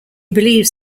believes